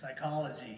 psychology